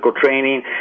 training